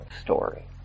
story